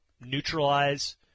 neutralize